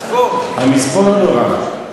המספוא, לא נורא.